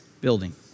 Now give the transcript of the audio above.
building